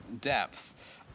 depth